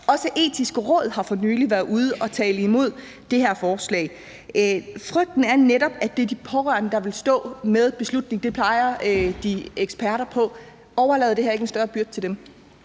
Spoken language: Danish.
Også Etisk Råd har for nylig været ude og tale imod det her forslag. Frygten er netop, at det er de pårørende, der vil stå med beslutningen, som eksperterne peger på, og overlader det så ikke en større byrde til dem?